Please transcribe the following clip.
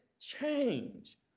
change